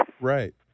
Right